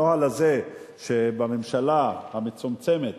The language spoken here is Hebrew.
הנוהל הזה שבממשלה המצומצמת